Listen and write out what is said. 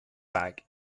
back